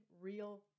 real